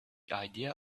idea